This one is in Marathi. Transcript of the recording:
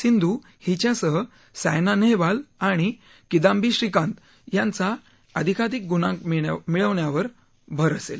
सिंधू हिच्यासह सायना नेहवाल आणि किदांबी श्रीकांत यांचा अधिकाधिक गुणांक मिळवण्यावर भर असेल